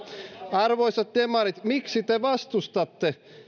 arvoisat demarit miksi te vastustatte